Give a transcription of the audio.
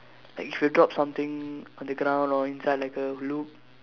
like if you drop something on the ground or inside like a loop